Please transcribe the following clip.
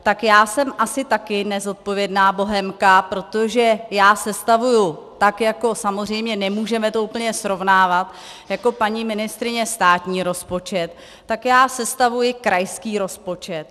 Tak já jsem asi taky nezodpovědná bohémka, protože já sestavuji samozřejmě to nemůžeme úplně srovnávat jako paní ministryně státní rozpočet, tak já sestavuji krajský rozpočet.